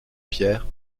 pierre